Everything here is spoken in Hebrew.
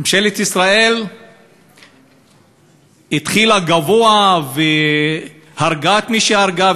ממשלת ישראל התחילה גבוה והרגה את מי שהרגה,